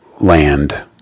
land